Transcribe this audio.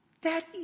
Daddy